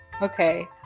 okay